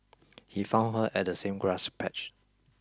he found her at the same grass patch